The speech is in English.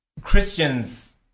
Christians